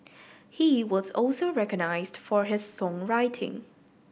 he was also recognised for his songwriting